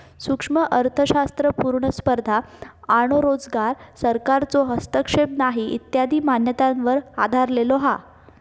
सूक्ष्म अर्थशास्त्र पुर्ण स्पर्धा आणो रोजगार, सरकारचो हस्तक्षेप नाही इत्यादी मान्यतांवर आधरलेलो हा